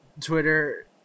Twitter